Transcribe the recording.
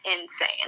insane